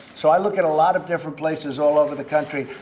so i look at a lot of different places all over the country.